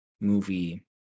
movie